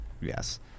yes